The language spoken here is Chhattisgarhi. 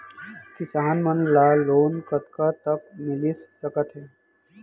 किसान मन ला लोन कतका तक मिलिस सकथे?